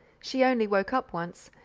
she only woke up once.